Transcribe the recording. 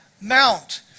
mount